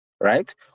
right